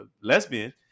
lesbian